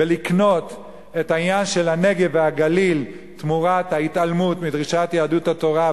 ולקנות את העניין של הנגב והגליל תמורת ההתעלמות מדרישת יהדות התורה,